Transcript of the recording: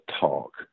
talk